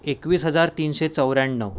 एकवीस हजार तीनशे चौऱ्याण्णव